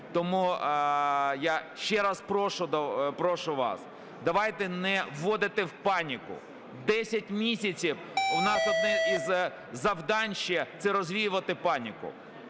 Тому я ще раз прошу вас, давайте не вводити в паніку. 10 місяців у нас одне із завдань ще – це розвіювати паніку.